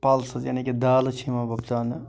pulses یعنی کہِ دالہٕ چھِ یِوان وۄبداونہٕ